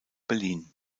berlin